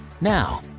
Now